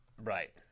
Right